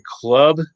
club